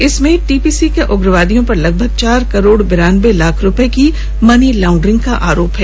इसमें टीपीसी के उग्रवादियों पर लगभग चार करोड़ बिरान्बे लाख रुपए की मनी लाउंड्रिंग का आरोप है